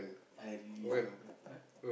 I really remember !huh!